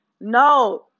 No